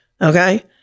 Okay